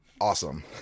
Awesome